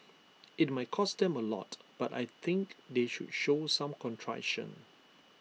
IT might cost them A lot but I think they should show some contrition